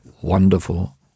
Wonderful